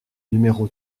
numéro